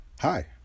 hi